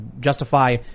justify